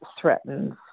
threatens